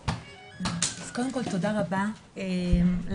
אז קודם כל תודה רבה לך,